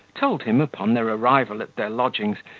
told him, upon their arrival at their lodgings,